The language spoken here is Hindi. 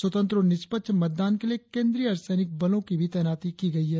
स्वतंत्र और निष्पक्ष मतदान के लिए केंद्रीय अर्धसैनिक बलों की भी तैनाती की गई है